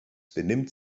benimmt